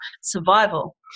survival